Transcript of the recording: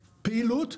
פעילות,